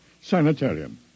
sanitarium